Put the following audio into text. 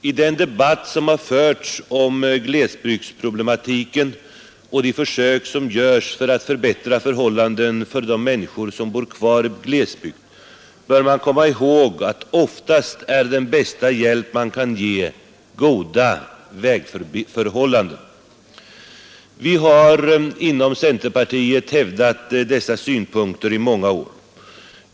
I den debatt som har förts om glesbygdsproblematiken och de försök som görs för att förbättra förhållandena för de människor som bor i glesbygd bör man komma ihåg, att oftast är den bästa hjälp man kan ge goda vägförhållanden. Vi har inom centerpartiet hävdat dessa synpunkter i många år.